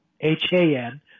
H-A-N